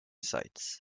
sites